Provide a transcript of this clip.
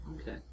okay